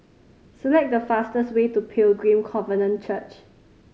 select the fastest way to Pilgrim Covenant Church